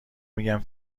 میگم